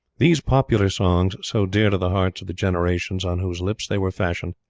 these popular songs, so dear to the hearts of the generations on whose lips they were fashioned,